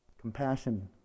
compassion